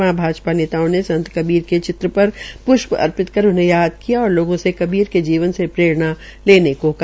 वहां भाजपा नेताओं ने संत कबीर के चित्र पर प्रष्प अर्पित कर उन्हें याद किया और लोगों से जीवन कबीर के जीवन से प्ररेणा लेने को कहा